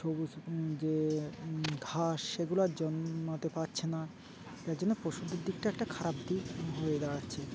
সবুজ যে ঘাস সেগুলো জন্মাতে পারছে না তার জন্য পশুদের দিকটা একটা খারাপ দিক হয়ে দাঁড়াচ্ছে